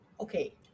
Okay